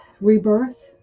rebirth